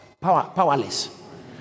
powerless